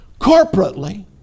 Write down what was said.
corporately